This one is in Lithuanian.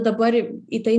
dabar į tai